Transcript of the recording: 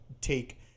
take